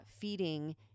feeding